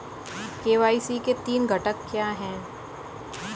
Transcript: KYC के तीन घटक क्या हैं?